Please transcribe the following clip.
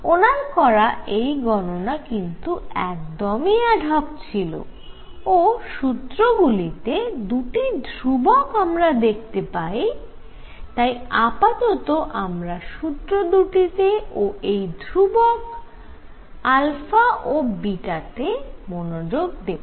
ওনার করা এই গণনা কিন্তু একদমই অ্যাডহক ছিল ও সুত্রগুলিতে দুটি ধ্রুবক আমরা দেখতে পাই তাই আপাতত আমরা সুত্রদুটিতে ও এই দুটি ধ্রুবক ও তে মনোযোগ দেব